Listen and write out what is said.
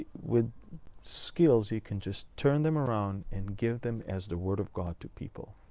with skills, you can just turn them around and give them as the word of god to people.